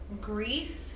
grief